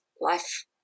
life